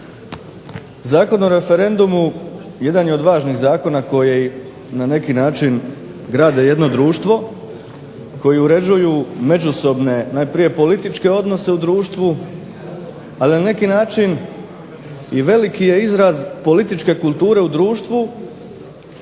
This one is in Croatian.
Zakon o referendumu jedan je od važnih zakona koji na neki način grade jedno društvo, koji uređuju međusobne najprije političke odnose u društvu, a na neki način i veliki je izraz političke kulture u društvu